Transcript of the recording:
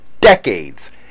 decades